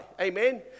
amen